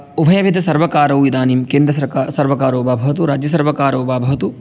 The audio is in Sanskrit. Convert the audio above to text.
उभयविधसर्वकारौ इदानीं केन्द्रसर्का सर्वकारो वा भवतु राज्यसर्वकारो वा भवतु